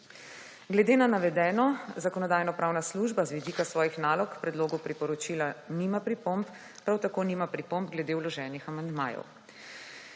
Glede na navedeno Zakonodajno-pravna služba z vidika svojih nalog k predlogu priporočila nima pripomb, prav tako nima pripomb glede vloženih amandmajev.